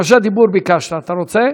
הגשת בקשת דיבור, כן?